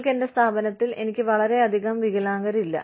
നിങ്ങൾക്ക് എന്റെ സ്ഥാപനത്തിൽ എനിക്ക് വളരെയധികം വികലാംഗരില്ല